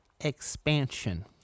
expansion